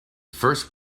first